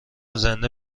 زنده